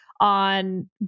on